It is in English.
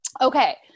Okay